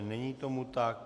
Není tomu tak.